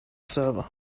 server